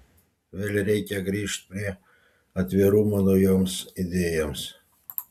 vėl reikia grįžt prie atvirumo naujoms idėjoms